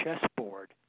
chessboard